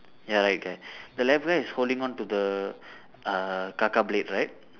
ya right guy the left guy is holding on to the uh Kaka blade right